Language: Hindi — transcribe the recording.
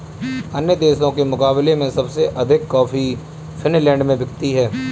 अन्य देशों के मुकाबले में सबसे अधिक कॉफी फिनलैंड में बिकती है